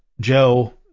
Joe